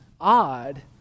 odd